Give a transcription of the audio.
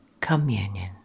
communion